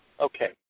Okay